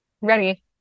Ready